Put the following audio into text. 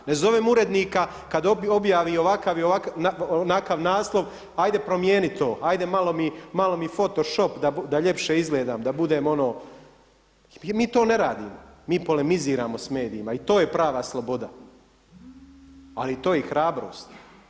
Ne zovem urednika kada objavi ovakav ili onakav naslov, ajde promijeni to, ajde malo mi foto shop da ljepše izgledam, da budem ono, mi to ne radimo, mi polemiziramo s medijima i to je prava sloboda, ali to je i hrabrost.